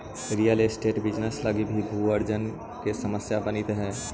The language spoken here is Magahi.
रियल एस्टेट बिजनेस लगी भू अर्जन के समस्या बनित हई